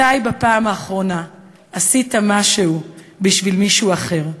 מתי בפעם האחרונה עשית משהו בשביל מישהו אחר?